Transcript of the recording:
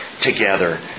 together